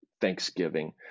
thanksgiving